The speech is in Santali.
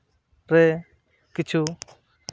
ᱨᱮ ᱠᱤᱪᱷᱩ